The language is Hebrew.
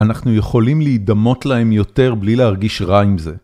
אנחנו יכולים להידמות להם יותר בלי להרגיש רע עם זה.